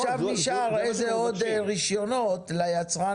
עכשיו נשאר איזה עוד רישיונות ליצרן